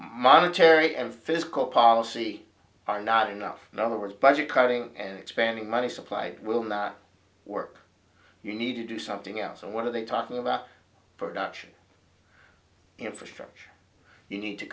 monetary and fiscal policy are not enough in other words budget cutting and expanding money supply will not work you need to do something else so what are they talking about production infrastructure you need to